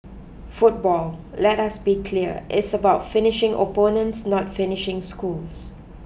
football let us be clear is about finishing opponents not finishing schools